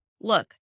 look